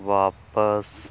ਵਾਪਸ